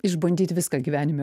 išbandyt viską gyvenime